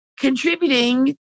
contributing